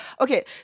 Okay